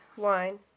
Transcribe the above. Wine